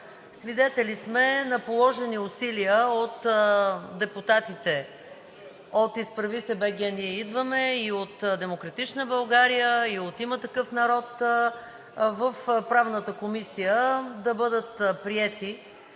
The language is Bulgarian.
Свидетели сме на положени усилия от депутатите от „Изправи се БГ! Ние идваме!“ и от „Демократична България“, и от „Има такъв народ“ в Правната комисия да бъдат приети